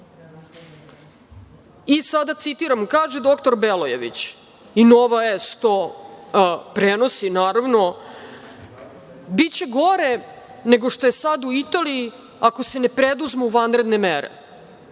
Sada citiram, kaže dr. Belojević i „Nova S“ to prenosi, naravno: „Biće gore nego što je sad u Italiji ako se ne preduzmu vanredne mere.